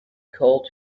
called